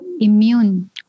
immune